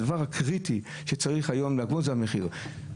הדבר הקריטי שצריך היום --- זה המחיר.